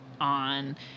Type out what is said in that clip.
on